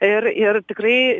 ir ir tikrai